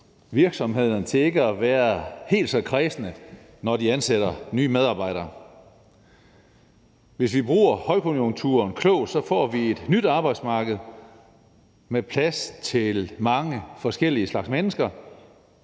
virksomhederne til ikke at være helt så kræsne, når de ansætter nye medarbejdere. Hvis vi bruger højkonjunkturen klogt, får vi et nyt arbejdsmarked med plads til mange forskellige slags mennesker,